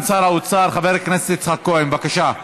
האוצר חבר הכנסת יצחק כהן, בבקשה,